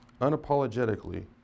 unapologetically